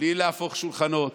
בלי להפוך שולחנות,